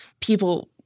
people